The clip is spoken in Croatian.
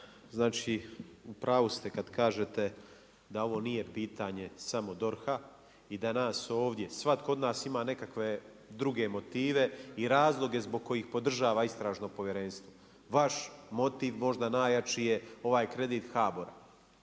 znači u pravu ste kad kažete da ovo nije pitanje samo DORH-a i da nas ovdje svatko od nas ima nekakve druge motive i razloge zbog kojih podržava istražno povjerenstvo. Vaš motiv možda najjači je ovaj kredit HBOR-a.